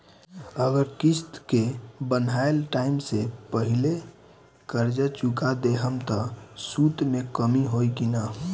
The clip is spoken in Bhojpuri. अगर किश्त के बनहाएल टाइम से पहिले कर्जा चुका दहम त सूद मे कमी होई की ना?